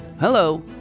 Hello